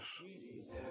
Jesus